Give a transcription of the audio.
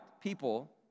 people